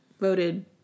voted